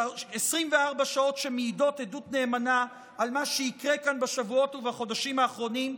24 שעות שמעידות עדות נאמנה על מה שיקרה כאן בשבועות ובחודשים הבאים.